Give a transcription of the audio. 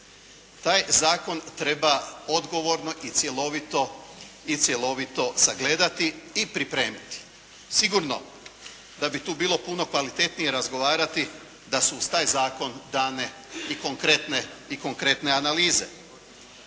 taj zakon treba odgovorno i cjelovito sagledati i pripremiti. Sigurno da bi tu bilo puno kvalitetnije razgovarati da su uz taj zakon dane i konkretne analize.